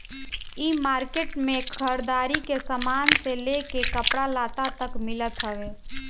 इ मार्किट में घरदारी के सामान से लेके कपड़ा लत्ता तक मिलत हवे